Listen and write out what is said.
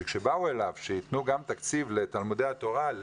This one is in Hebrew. שכשבאו אליו שיתנו גם תקציב לתלמודי התורה,